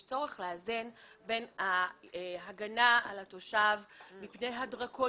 יש צורך לאזן בין ההגנה על התושב מפני הדרקוניות